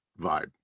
vibe